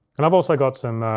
and i've also got some